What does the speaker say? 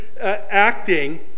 acting